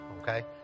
Okay